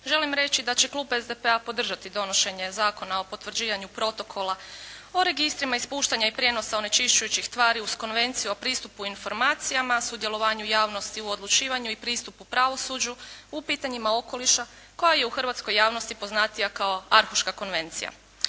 želim reći da će Klub SDP-a podržati donošenje Zakona o potvrđivanju protokola o registrima ispuštanja i prijenosa onečišćujućih tvari uz Konvenciju o pristupu informacijima, sudjelovanju javnosti u odlučivanju i pristupu pravosuđu u pitanjima okoliša koja je u hrvatskoj javnosti poznatija kao Arhuška konvencija.